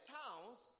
towns